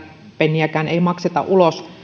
penniäkään ei makseta ulos